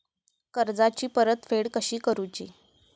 कर्जाची परतफेड कशी करूची?